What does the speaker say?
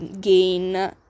gain